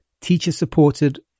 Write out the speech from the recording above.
teacher-supported